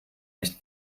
nicht